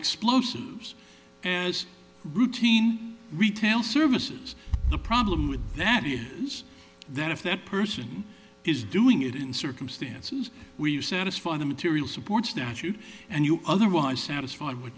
explosives as routine retail services the problem with that is that if that person is doing it in circumstances where you satisfy the material support statute and you otherwise satisfied with